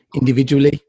individually